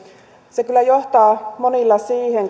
se kyllä johtaa siihen että monilla